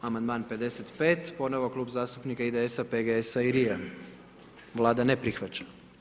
Amandman 55. ponovo Klub zastupnika IDS-a, PGS-a i LRI-a, Vlada ne prihvaća.